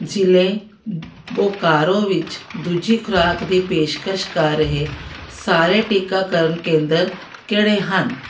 ਜ਼ਿਲ੍ਹੇ ਬੋਕਾਰੋ ਵਿੱਚ ਦੂਜੀ ਖੁਰਾਕ ਦੀ ਪੇਸ਼ਕਸ਼ ਕਰ ਰਹੇ ਸਾਰੇ ਟੀਕਾਕਰਨ ਕੇਂਦਰ ਕਿਹੜੇ ਹਨ